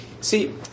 See